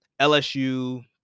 LSU